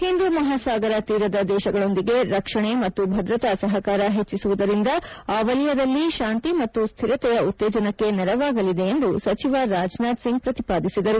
ಹಿಂದೂಮಹಾಸಾಗರ ತೀರದ ದೇಶಗಳೊಂದಿಗೆ ರಕ್ಷಣೆ ಮತ್ತು ಭದ್ರತಾ ಸಹಕಾರ ಹೆಚ್ಚಿಸುವುದರಿಂದ ಆ ವಲಯದಲ್ಲಿ ಶಾಂತಿ ಮತ್ತು ಸ್ಲಿರತೆಯ ಉತ್ತೇಜನಕ್ಕೆ ನೆರವಾಗಲಿದೆ ಎಂದು ಸಚಿವ ರಾಜನಾಥ್ ಸಿಂಗ್ ಪ್ರತಿಪಾದಿಸಿದರು